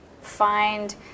find